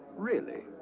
really?